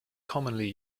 commonly